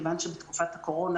מכיוון שבתקופת הקורונה,